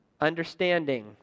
understanding